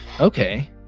Okay